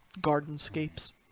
Gardenscapes